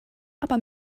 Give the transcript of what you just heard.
aber